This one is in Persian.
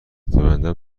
ببندم